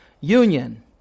union